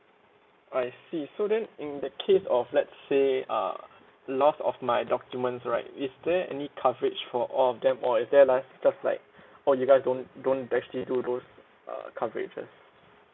I see so then in the case of let's say err loss of my documents right is there any coverage for all of them or is there like just like or you guys don't don't actually do those uh coverages